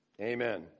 Amen